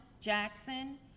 Jackson